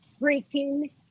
freaking